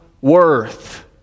worth